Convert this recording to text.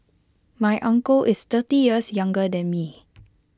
my uncle is thirty years younger than me